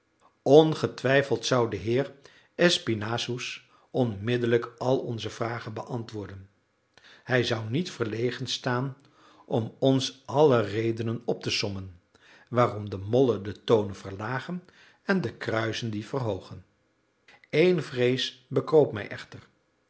ongetwijfeld zou de heer espinassous onmiddellijk al onze vragen beantwoorden hij zou niet verlegen staan om ons alle redenen op te sommen waarom de mollen de tonen verlagen en de kruizen die verhoogen één vrees bekroop mij echter